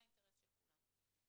זה האינטרס של כולם.